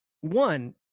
one